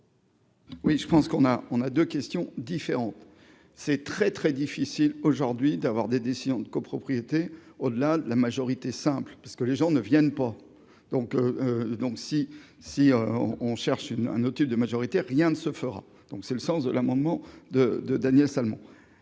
Oui, je pense qu'on a, on a 2 questions différentes, c'est très très difficile aujourd'hui d'avoir des décisions de copropriété au-delà la majorité simple, parce que les gens ne viennent pas, donc, donc, si, si on cherche une un autre type de majorité, rien ne se fera donc c'est le sens de l'amendement de de Daniel Salmon,